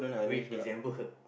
wait December for